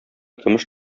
көмеш